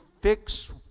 fix